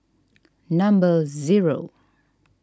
number zero